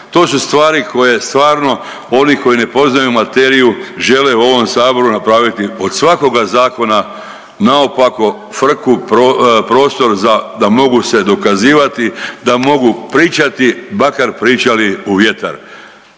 To su stvari koje stvarno oni koji ne poznaju materiju žele u ovom Saboru napraviti od svakoga zakona naopako frku, prostor za, da mogu se dokazivati, da mogu pričati makar pričali u vjetar.